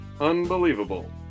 Unbelievable